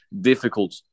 difficult